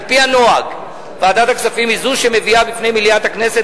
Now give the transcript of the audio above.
על-פי הנוהג ועדת הכספים היא זו שמביאה בפני מליאת הכנסת,